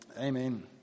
Amen